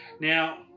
now